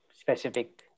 specific